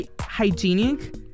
hygienic